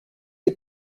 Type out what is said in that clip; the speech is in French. est